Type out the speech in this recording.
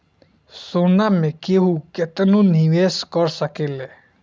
सोना मे केहू केतनो निवेस कर सकेले